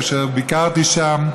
כאשר ביקרתי שם,